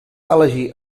elegir